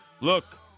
Look